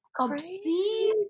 obscene